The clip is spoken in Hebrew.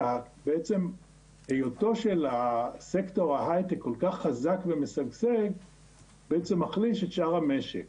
שבעצם היותו של סקטור ההייטק כל כך חזק ומשגשג בעצם מחליש את שאר המשק.